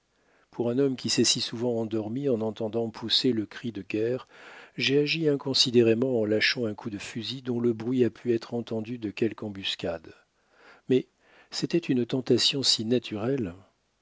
pour un homme qui s'est si souvent endormi en entendant pousser le cri de guerre j'ai agi inconsidérément en lâchant un coup de fusil dont le bruit a pu être entendu de quelque embuscade mais c'était une tentation si naturelle